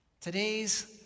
Today's